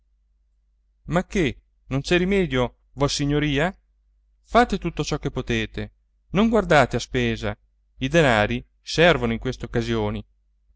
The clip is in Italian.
ma che non c'è rimedio vossignoria fate tutto ciò che potete non guardate a spesa i denari servono in queste occasioni